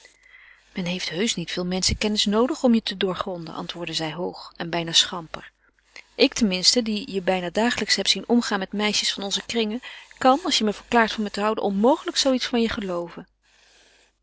men heeft heusch niet veel menschenkennis noodig om je te doorgronden antwoordde zij hoog en bijna schamper ik ten minste die je bijna dagelijks heb zien omgaan met meisjes van onze kringen kan als je me verklaart van me te houden onmogelijk zoo iets van je gelooven